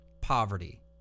poverty